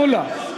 תנו לה.